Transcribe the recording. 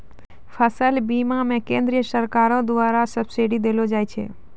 फसल बीमा मे केंद्रीय सरकारो द्वारा सब्सिडी देलो जाय छै